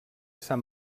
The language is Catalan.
sant